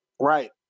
Right